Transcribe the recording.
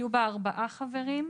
יהיו בה ארבעה חברים,